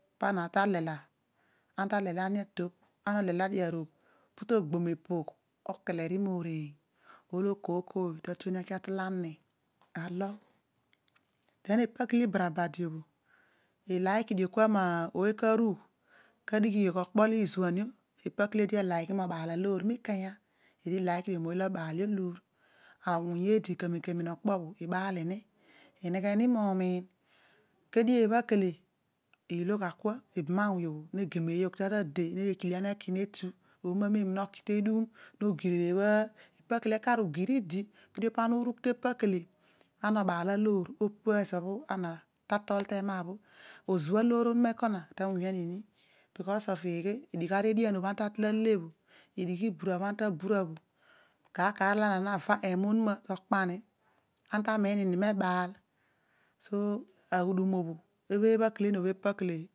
Pana ta lela ena ta lelani atobh ana olela dio arobh pu to gbo mepogh okelere mo oreeny olo kooy kooy ta tueni ale atol ane alogh den ipa leele ibara bidi obho iliki dio isua mooy ke rugh ka dighii okpo olo izuan io ineghe momiin leedio ebha kele ilo gha kua ibam awuny obho ne go meey to ara ade omo amem no ki tedun no gir ebha bkos of digha aaridien obho ana ta tol ale bho idigh ibura bho ana bura bho kar kar olo ana nava ema onuma to okpa ni ana ta miinini mebaal soaghudum obho obho bha no bho epakele